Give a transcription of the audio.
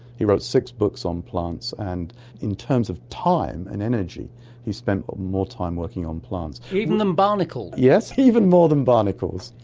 he wrote six books on plants, and in terms of time and energy he spent more time working on plants. even than barnacles? yes, even more than barnacles.